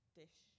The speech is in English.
dish